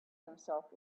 himself